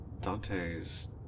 Dante's